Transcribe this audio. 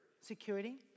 Security